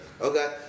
Okay